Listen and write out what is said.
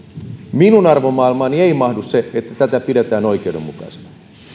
minun arvomaailmaani ei mahdu se että tätä pidetään oikeudenmukaisena